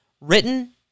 written